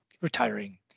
retiring